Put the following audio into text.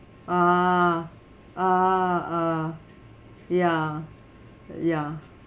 ah ah ah ya ya